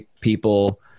people